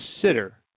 consider